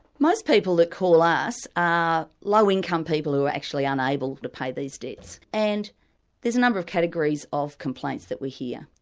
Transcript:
most people that call us are low income people who are actually unable to pay these debts, and there's a number of categories of complaints that we hear.